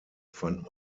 fand